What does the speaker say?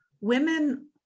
women